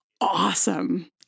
awesome